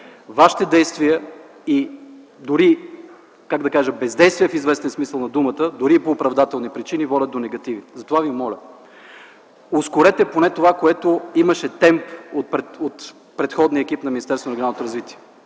Вашите действия и как да кажа – дори бездействия в известен смисъл на думата, дори по оправдателни причини, водят до негативи. Затова Ви моля: ускорете поне това, което имаше темп от предходния екип на Министерството на регионалното развитие